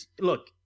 look